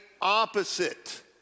opposite